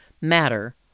matter